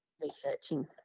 researching